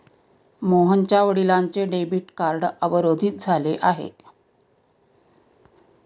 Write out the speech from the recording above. मोहनच्या वडिलांचे debit card अवरोधित झाले आहे